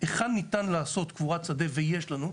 היכן ניתן לעשות קבורת שדה ויש לנו,